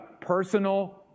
personal